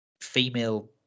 female